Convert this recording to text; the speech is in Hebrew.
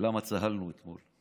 למה צהלנו אתמול.